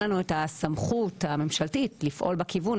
אין לנו את הסמכות הממשלתית לפעול בכיוון,